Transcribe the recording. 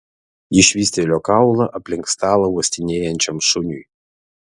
ji švystelėjo kaulą aplink stalą uostinėjančiam šuniui